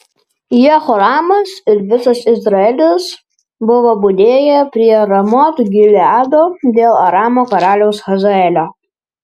jehoramas ir visas izraelis buvo budėję prie ramot gileado dėl aramo karaliaus hazaelio